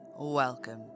Welcome